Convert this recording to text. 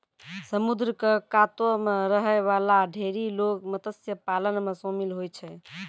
समुद्र क कातो म रहै वाला ढेरी लोग मत्स्य पालन म शामिल होय छै